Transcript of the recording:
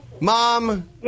Mom